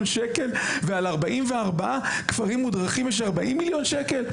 שקל ועל 44 כפרים מודרכים יש 40 מיליון שקל?